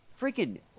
Freaking